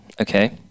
Okay